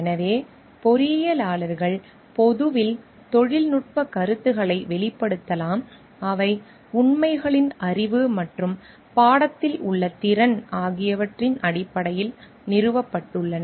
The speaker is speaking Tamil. எனவே பொறியியலாளர்கள் பொதுவில் தொழில்நுட்பக் கருத்துக்களை வெளிப்படுத்தலாம் அவை உண்மைகளின் அறிவு மற்றும் பாடத்தில் உள்ள திறன் ஆகியவற்றின் அடிப்படையில் நிறுவப்பட்டுள்ளன